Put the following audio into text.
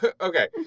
okay